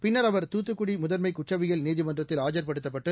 பிள்ளர் அவர் தூத்துக்குடி முதன்மை குற்றவியல் நீதிமன்றத்தில் ஆஜர்படுத்தப்பட்டு